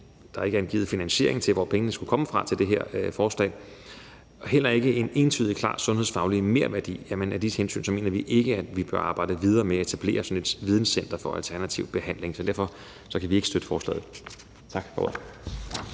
Der er ikke angivet finansiering til, hvor pengene til det her forslag skulle komme fra, og der er heller ikke en entydig og klar sundhedsfaglig merværdi, og af de grunde mener vi ikke, at vi bør arbejde videre med at etablere sådan et videnscenter for alternativ behandling. Så derfor kan vi ikke støtte forslaget. Tak for